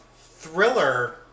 Thriller